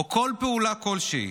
או כל פעולה כלשהי,